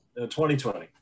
2020